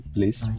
Please